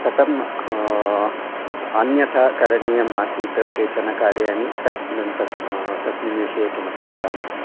कथं अन्यथा करणीयमासीत् केचन कार्याणि तत् तस्मिन् विषये किमपि वदामि